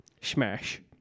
Smash